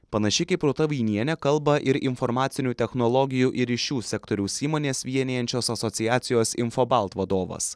panašiai kaip rūta vainienė kalba ir informacinių technologijų ir ryšių sektoriaus įmones vienijančios asociacijos infobalt vadovas